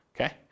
okay